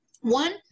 One